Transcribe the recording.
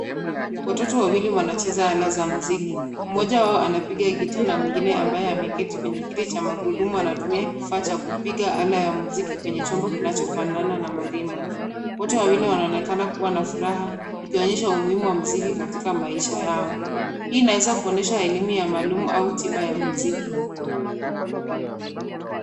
Watoto wawili wanacheza ala za muziki. Mmoja wao anapiga gitaa na mwingine ambaye ameketi kwenye kiti cha magurudumu anatumia kifaa cha kupiga alama muziki kwenye chombo kinachofanana marimba. Wote wawili wanaonekana kuwa na furaha ikionyesha umuhimu wa muziki katika maisha yao. Hii inaweza kuonyesha elimu ya maalumu au tiba ya muziki.